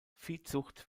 viehzucht